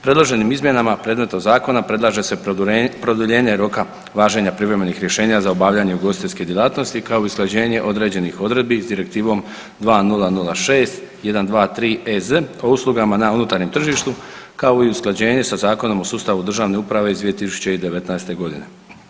Predloženim izmjenama predmetnog zakona predlaže se produljenje roka važenja privremenih rješenja za obavljanje ugostiteljske djelatnosti kao i usklađenje određenih odredbi s Direktivom 2006 123 EZ o uslugama na unutarnjem tržištu kao i usklađenje sa Zakonom o sustavu državne uprave iz 2019. godine.